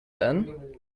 then